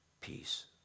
peace